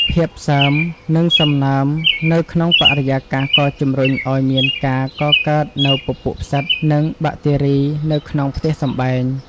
ភាពសើម និងសំណើមនៅក្នុងបរិយាកាសក៏ជម្រុញឱ្យមានការកកើតនូវពពួកផ្សិត និងបាក់តេរីនៅក្នុងផ្ទះសម្បែង។